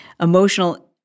emotional